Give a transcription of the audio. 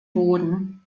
boden